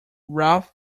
ralph